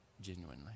genuinely